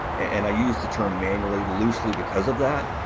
and i use the term manually loosely because of that.